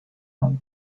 how